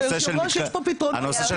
הנושא של